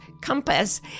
compass